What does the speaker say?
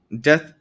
Death